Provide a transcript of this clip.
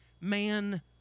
man